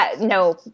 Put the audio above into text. No